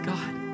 God